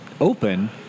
open